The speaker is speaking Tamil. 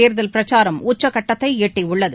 தேர்தல் பிரச்சாரம் உச்சக் கட்டத்தை எட்டியுள்ளது